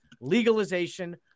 legalization